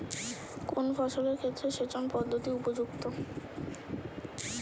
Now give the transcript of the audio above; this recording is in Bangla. কোন ফসলের ক্ষেত্রে সেচন পদ্ধতি উপযুক্ত?